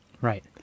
right